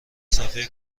صفحه